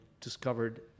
discovered